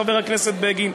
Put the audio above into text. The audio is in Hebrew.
חבר הכנסת בגין,